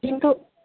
কিন্তু